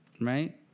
right